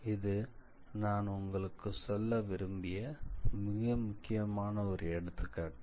இது நான் உங்களுக்கு சொல்ல விரும்பிய மிக முக்கியமான ஒரு எடுத்துக்காட்டு